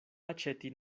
aĉeti